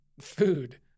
food